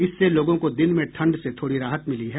इससे लोगों को दिन में ठंड से थोड़ी राहत मिली है